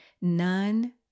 None